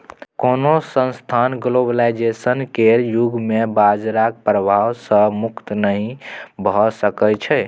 कोनो संस्थान ग्लोबलाइजेशन केर युग मे बजारक प्रभाव सँ मुक्त नहि भऽ सकै छै